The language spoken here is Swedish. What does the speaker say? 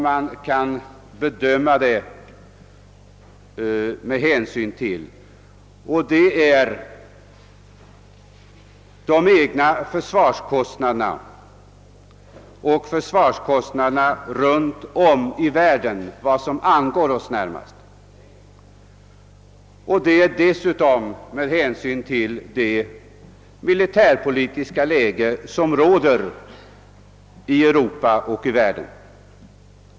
Men våra försvarskostnader kan ändå bedömas dels mot bakgrunden av försvarskostnaderna i andra länder, som vi kan jämföra oss med, dels mot bakgrunden av det militärpolitiska läget i Europa och i världen i övrigt.